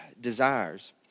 desires